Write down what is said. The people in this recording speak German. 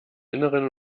innern